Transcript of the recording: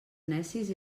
necis